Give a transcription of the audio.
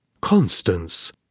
Constance